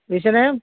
বুজিছে নে